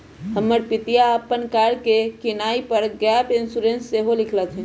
हमर पितिया अप्पन कार के किनाइ पर गैप इंश्योरेंस सेहो लेलखिन्ह्